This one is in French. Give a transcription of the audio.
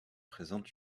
présentent